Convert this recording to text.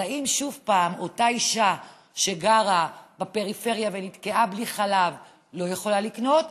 אז האם עוד פעם אותה אישה שגרה בפריפריה ונתקעה בלי חלב לא יכולה לקנות,